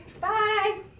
Bye